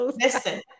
Listen